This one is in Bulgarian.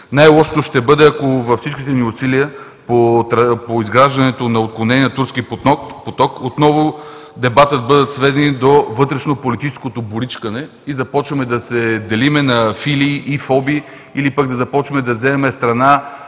Най-лошото ще бъде, ако във всичките ни усилия по изграждането на отклонения „Турски поток“ отново дебатите бъдат сведени до вътрешнополитическото боричкане и започнем да се делим на -фили и -фоби, или пък да започнем да вземаме страна